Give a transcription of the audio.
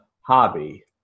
hobby